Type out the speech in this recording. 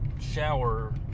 shower